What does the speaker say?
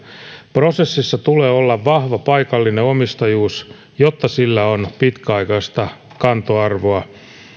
prosessissa tulee olla vahva paikallinen omistajuus jotta sillä on pitkäaikaista kantoarvoa ja